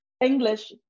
english